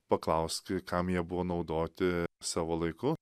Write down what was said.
paklausk kam jie buvo naudoti savo laiku